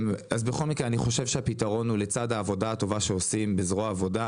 אני חושב שהפתרון הוא לצד העבודה הטובה שעושים בזרוע העבודה,